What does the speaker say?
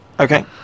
Okay